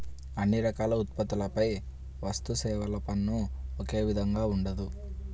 అన్ని రకాల ఉత్పత్తులపై వస్తుసేవల పన్ను ఒకే విధంగా ఉండదు